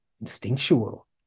instinctual